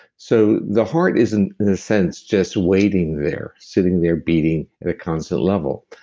so the heart is in a sense, just waiting there sitting there beating at a constant level.